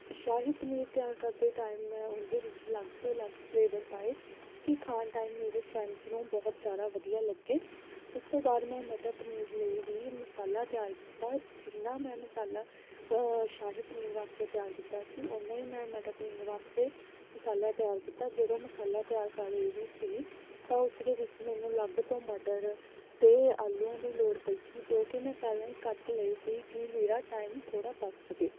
ਸ਼ਾਹੀ ਪਨੀਰ ਤਿਆਰ ਕਰਦੇ ਟਾਈਮ ਮੈਂ ਉਹਦੇ ਵਿੱਚ ਅਲੱਗ ਤੋਂ ਅਲੱਗ ਫਲੇਵਰ ਪਾਏ ਕਿ ਖਾਣ ਟਾਈਮ ਮੇਰੇ ਫਰੈਂਡਸ ਨੂੰ ਬਹੁਤ ਜ਼ਿਆਦਾ ਵਧੀਆ ਲੱਗੇ ਉਸ ਤੋਂ ਬਾਅਦ ਮੈਂ ਮਟਰ ਪਨੀਰ ਲਈ ਵੀ ਮਸਾਲਾ ਤਿਆਰ ਕੀਤਾ ਜਿੰਨਾਂ ਮੈਂ ਮਸਾਲਾ ਸ਼ਾਹੀ ਪਨੀਰ ਵਾਸਤੇ ਤਿਆਰ ਕੀਤਾ ਸੀ ਉਨਾਂ ਹੀ ਮੈਂ ਮਟਰ ਪਨੀਰ ਵਾਸਤੇ ਮਸਾਲਾ ਤਿਆਰ ਕੀਤਾ ਜਦੋਂ ਮਸਾਲਾ ਤਿਆਰ ਕਰ ਰਹੀ ਸੀ ਤਾਂ ਉਸ ਦੇ ਵਿੱਚ ਮੈਨੂੰ ਅਲੱਗ ਤੋਂ ਮਟਰ ਅਤੇ ਆਲੂਆਂ ਦੀ ਲੋੜ ਪਈ ਸੀ ਜੋ ਕਿ ਮੈਂ ਪਹਿਲਾਂ ਹੀ ਕੱਟ ਲਏ ਸੀ ਕਿ ਮੇਰਾ ਟਾਈਮ ਥੋੜ੍ਹਾ ਬੱਚ ਸਕੇ